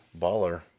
Baller